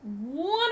One